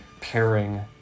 pairing